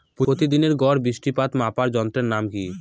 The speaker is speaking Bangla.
প্রতিদিনের গড় বৃষ্টিপাত মাপার যন্ত্রের নাম কি?